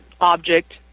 object